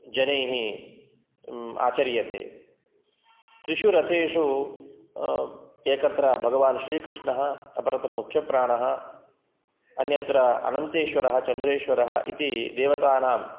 जनैः आचर्यते त्रिषु रथेषु एकत्र भगवान् श्रीकृष्णः अपरत्र मुख्यप्राणः अन्यत्र अनन्तेश्वरः चन्द्रेश्वरः इति देवतानां